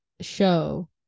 show